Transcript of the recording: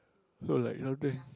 so like something